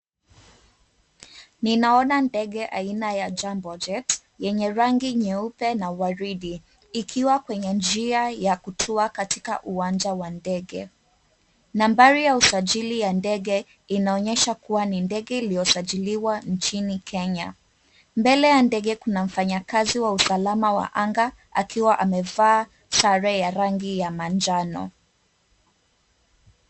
Ninaona ndege aina ya Jumbojet yenye rangi nyeupe na waridi ikiwa kwenye njia ya kutuwa katika uwanja wa ndege. Nambari ya usajili ya ndege inaonyesha kuwa ni ndege iliyosajiliwa nchini Kenya. Mbele ya ndege kuna mfanyakazi wa usalama wa anga akiwa amevaa sare ya rangi ya manjano.